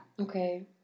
Okay